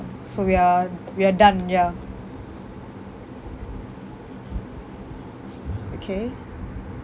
so we are we are done ya okay